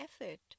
effort